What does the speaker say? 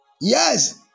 yes